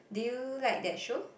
do you like that show